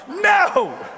No